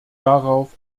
darauf